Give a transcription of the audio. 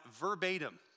verbatim